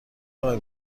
آقای